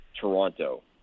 Toronto